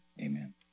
amen